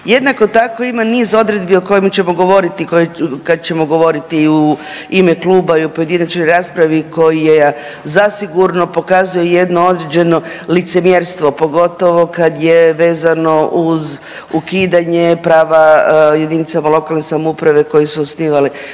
Jednako tako ima niz odredbi o kojima ćemo govoriti koji, kad ćemo govoriti i u ime kluba i u pojedinačnoj raspravi koja zasigurno pokazuje jedno određeno licemjerstvo, pogotovo kad je vezano uz ukidanje prava JLS koje su osnivale